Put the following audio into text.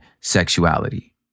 Sexuality